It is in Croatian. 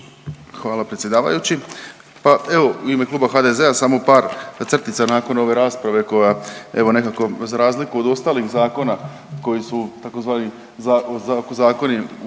Hvala predsjedavajući. Pa evo i u ime Kluba HDZ-a samo par crtica nakon ove rasprave koja evo nekako za razliku od ostalih zakona koji su tzv. zakoni u paketu